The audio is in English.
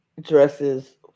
dresses